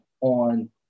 on